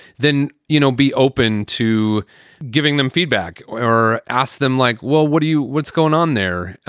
then, you know, be open to giving them feedback or ask them like, well, what do you what's going on there?